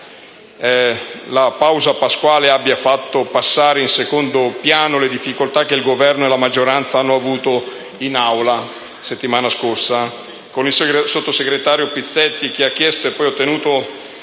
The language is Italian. la pausa pasquale abbia fatto passare in secondo piano le difficoltà che il Governo e la maggioranza hanno avuto in Assemblea la settimana scorsa. Il sottosegretario Pizzetti ha chiesto e ottenuto